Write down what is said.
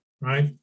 right